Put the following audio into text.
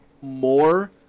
more